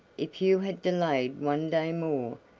if you had delayed one day more,